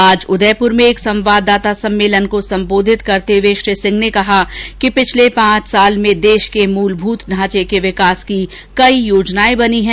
आज उदयपुर में एक संवाददाता सम्मेलन को संबोधित करते हुए श्री सिंह ने कहा कि पिछले पांच साल में देश के मूलभूत ढांचे के विकास की कई योजनाएं बनी है